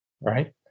right